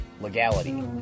legality